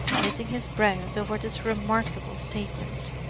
knitting his brows over this remarkable statement.